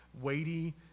weighty